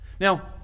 Now